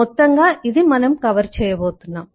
మొత్తంగా ఇది మనం కవర్ చేయబోతున్నాం